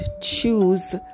choose